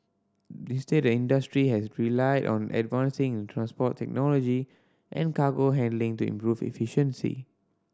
instead industry has relied on advances in transport technology and cargo handling to improve efficiency